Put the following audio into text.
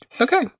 Okay